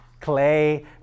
Clay